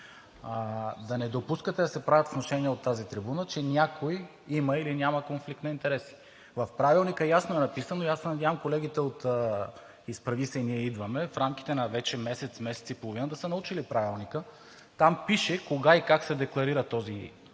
Да не допускате да се правят внушения от тази трибуна, че някой има или няма конфликт на интереси! В Правилника ясно е записано и се надявам колегите от „Изправи се БГ! Ние идваме!“ в рамките вече на месец – месец и половина да са научили Правилника. Там пише кога и как се декларира този